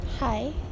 Hi